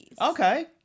Okay